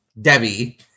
Debbie